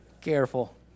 careful